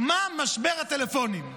מה משבר הטלפונים?